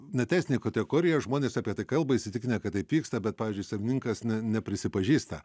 ne teisinė kategorija žmonės apie tai kalba įsitikinę kad taip vyksta bet pavyzdžiui savininkas ne neprisipažįsta